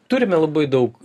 turime labai daug